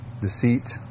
deceit